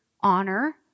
honor